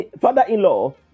father-in-law